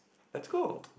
let's go